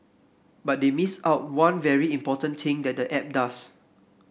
but they missed out one very important thing that the app does